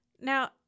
Now